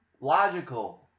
logical